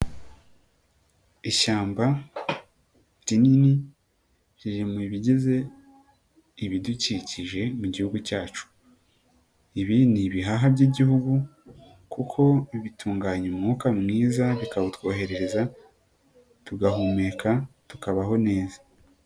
Ishyamba rinini riri mu bigize ibidukikije mu Gihugu cyacu, ibi ni ibihaha by'Igihugu kuko bitunganya umwuka mwiza bikawutwoherereza tugahumeka tukabaho neza.